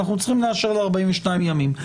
אנחנו צריכים לאשר ל-42 ימים.